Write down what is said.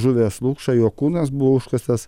žuvęs lukša jo kūnas buvo užkastas